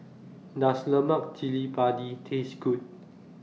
Does Lemak Cili Padi Taste Good